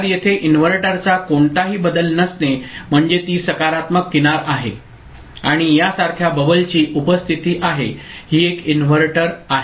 तर येथे इनव्हर्टरचा कोणताही बबल नसणे म्हणजे ती सकारात्मक किनार आहे आणि या सारख्या बबलची उपस्थिती आहे ही एक इन्व्हर्टर आहे ठीक आहे